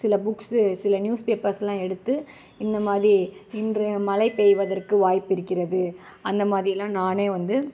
சில புக்ஸ்ஸு சில நியூஸ் பேப்பர்ஸ்லாம் எடுத்து இந்தமாதிரி இன்றைய மழை பெய்வதற்கு வாய்ப்பு இருக்கிறது அந்தமாதிரியெல்லாம் நானே வந்து